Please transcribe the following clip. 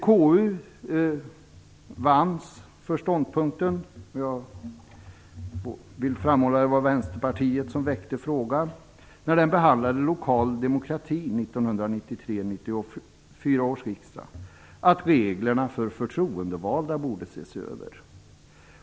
KU vanns för ståndpunkten - och jag vill framhålla att det var Vänsterpartiet som väckte frågan när 1993/94 års riksdag behandlade lokaldemokrati - att reglerna för förtroendevalda borde ses över.